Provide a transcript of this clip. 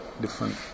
different